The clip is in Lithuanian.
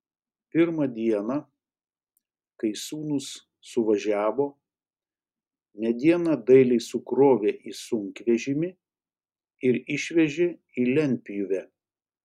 pirmą dieną kai sūnūs suvažiavo medieną dailiai sukrovė į sunkvežimį ir išvežė į lentpjūvę